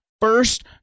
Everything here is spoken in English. First